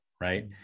right